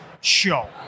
show